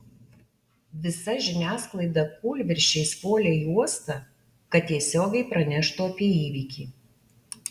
visa žiniasklaida kūlvirsčiais puolė į uostą kad tiesiogiai praneštų apie įvykį